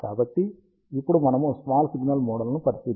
కాబట్టి ఇప్పుడు మనము స్మాల్ సిగ్నల్ మోడళ్లను పరిశీలిస్తున్నాము